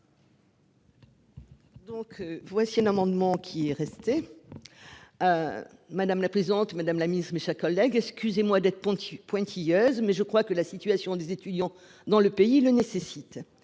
Donc voici un amendement qui est resté. Madame la présidente madame la mise mais sa collègue excusez-moi d'être ponctue pointilleuse mais je crois que la situation des étudiants dans le pays le nécessite.